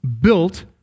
built